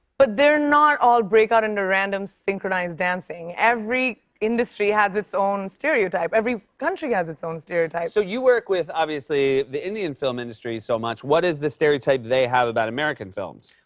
but they're not all, break out into random, synchronized dancing. every industry has it's own stereotype. every country has it's own stereotype. so you work with, obviously, the indian film industry so much. what is the stereotype they have about american films?